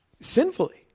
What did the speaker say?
Sinfully